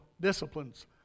disciplines